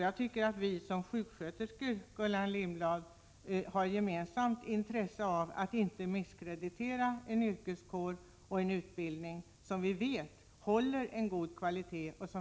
Jag tycker att vi som sjuksköterskor, Gullan Lindblad, har gemensamt intresse av att inte misskreditera en yrkeskår och en utbildning som vi vet faktiskt håller en god kvalitet.